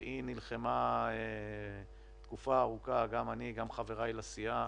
היא נלחמה תקופה ארוכה גם אני וחבריי לסיעה